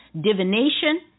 divination